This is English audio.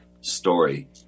story